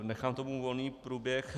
Nechám tomu volný průběh.